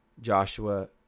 Joshua